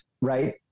right